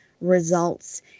results